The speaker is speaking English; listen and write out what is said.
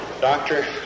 Doctor